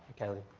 kelly.